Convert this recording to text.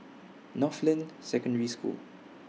Northland Secondary School